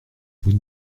vous